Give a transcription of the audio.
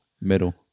medal